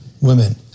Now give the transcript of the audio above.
women